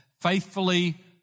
faithfully